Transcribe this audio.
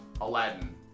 Aladdin